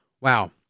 Wow